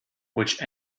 which